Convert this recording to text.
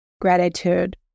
gratitude